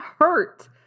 hurt